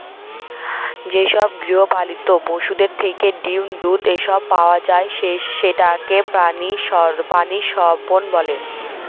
যেসব গৃহপালিত পশুদের থেকে ডিম, দুধ, এসব পাওয়া যায় সেটাকে প্রানীসম্পদ বলে